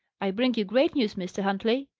i bring you great news, mr. huntley.